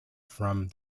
from